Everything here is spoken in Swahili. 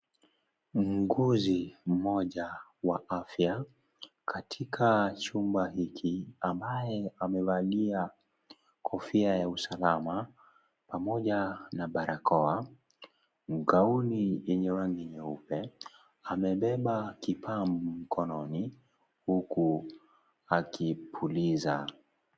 Muuguzi mmoja wa afya katika chumba hiki ambaye amevalia kofia ya usalama pamoja na barakoa , gauni yenye rangi nyeupe , amebeba kipambo mkononi huku akipuliza.